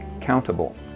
countable